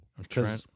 Okay